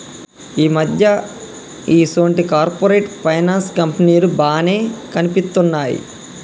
ఈ మధ్య ఈసొంటి కార్పొరేట్ ఫైనాన్స్ కంపెనీలు బానే కనిపిత్తున్నయ్